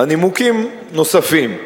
נימוקים נוספים.